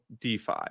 DeFi